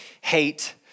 hate